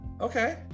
okay